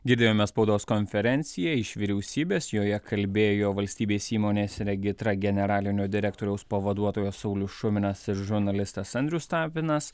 girdėjome spaudos konferenciją iš vyriausybės joje kalbėjo valstybės įmonės regitra generalinio direktoriaus pavaduotojas saulius šuminas ir žurnalistas andrius tapinas